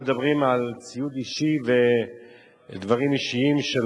אבל אנחנו מדברים על ציוד אישי ודברים אישיים של